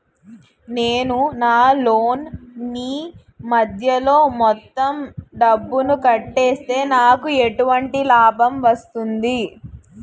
నేను నా లోన్ నీ మధ్యలో మొత్తం డబ్బును కట్టేస్తే నాకు ఎటువంటి లాభం వస్తుంది?